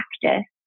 practice